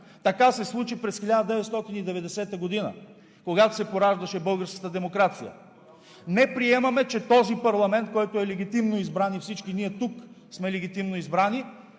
Така се случи през 1990 г., когато се пораждаше българската демокрация. Не приемаме, че този парламент, който е легитимно избран и всички ние тук сме легитимно избрани,